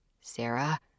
Sarah